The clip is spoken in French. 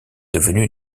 devenue